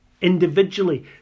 individually